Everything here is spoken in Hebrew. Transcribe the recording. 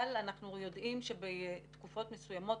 אבל אנחנו יודעים שבתקופות מסוימות,